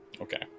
Okay